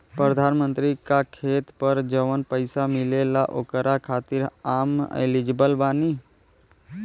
प्रधानमंत्री का खेत पर जवन पैसा मिलेगा ओकरा खातिन आम एलिजिबल बानी?